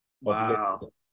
Wow